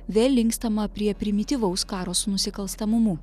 vėl linkstama prie primityvaus karo su nusikalstamumu